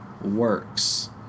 works